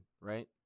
right